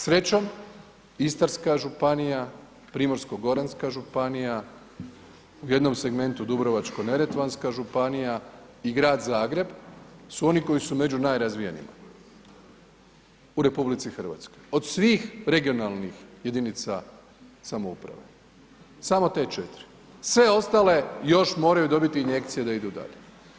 Srećom, Istarska županija, Primorsko-goranska županija, u jednog segmentu, Dubrovačko-neretvanska županija i grad Zagreb su oni koji su među najrazvijenijima u RH od svih regionalnih jedinica samouprave, samo te 4, sve ostale još moraju dobiti injekcije da idu dalje.